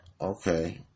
Okay